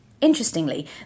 Interestingly